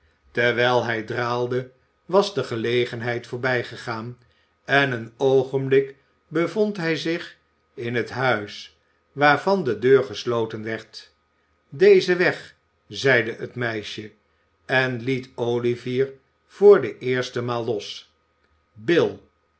terwijl hij draalde was de gelegenheid voorbijgegaan en in een oogenblik bevond hij zich in het huis waarvan de deur gesloten werd dezen weg zeide het meisje en liet oüvier voor de eerste maal los bui